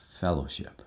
fellowship